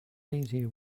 easier